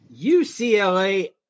UCLA